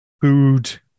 food